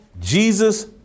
Jesus